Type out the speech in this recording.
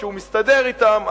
כשהוא מסתדר אתם,